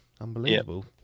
Unbelievable